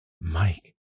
Mike